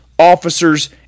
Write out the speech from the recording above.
officers